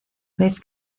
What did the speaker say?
vez